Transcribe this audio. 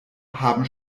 haben